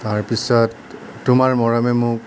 তাৰ পিছত তোমাৰ মৰমে মোক